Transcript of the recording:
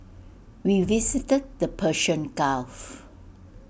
we visited the Persian gulf